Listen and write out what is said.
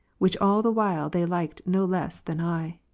which all the while they liked no less than i.